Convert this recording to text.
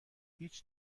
هیچ